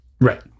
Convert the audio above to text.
Right